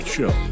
Show